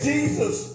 Jesus